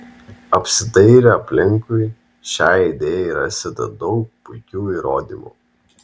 apsidairę aplinkui šiai idėjai rasite daug puikių įrodymų